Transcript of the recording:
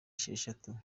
esheshatu